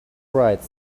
right